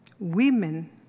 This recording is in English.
Women